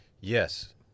Yes